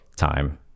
time